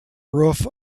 roof